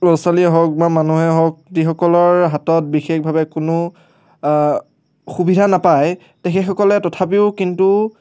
ল'ৰা ছোৱালীয়ে হওক বা মানুহেই হওক যিসকলৰ হাতত বিশেষভাৱে কোনো সুবিধা নাপায় তেখেতসকলে তথাপিও কিন্তু